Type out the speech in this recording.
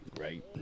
right